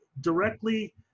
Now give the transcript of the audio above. directly